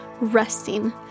resting